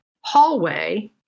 hallway